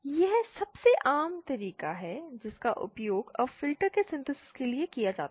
यह सबसे आम तरीका है जिसका उपयोग अब फिल्टर के सिंथेसिस के लिए किया जाता है